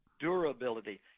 durability